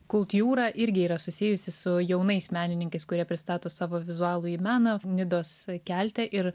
kultjūra irgi yra susijusi su jaunais menininkais kurie pristato savo vizualųjį meną nidos kelte ir